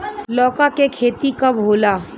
लौका के खेती कब होला?